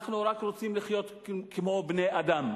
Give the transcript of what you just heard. אנחנו רק רוצים לחיות כמו בני-אדם.